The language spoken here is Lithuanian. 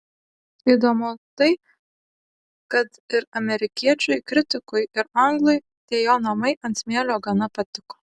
įdomu tai kad ir amerikiečiui kritikui ir anglui tie jo namai ant smėlio gana patiko